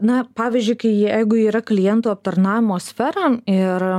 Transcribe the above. na pavyzdžiuikai jeigu yra klientų aptarnavimo sfera ir